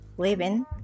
living